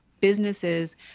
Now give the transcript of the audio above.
businesses